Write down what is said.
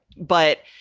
but,